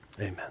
Amen